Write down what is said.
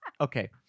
okay